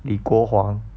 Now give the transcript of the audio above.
李国煌